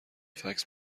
فکس